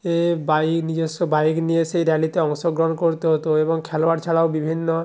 এ bike নিজেস্ব bike নিয়ে সেই র্যালিতে অংশগ্রহণ করতে হতো এবং খেলোয়াড় ছাড়াও বিভিন্ন